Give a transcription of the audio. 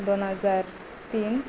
दोन हजार तीन